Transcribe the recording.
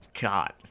God